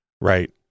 Right